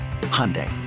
Hyundai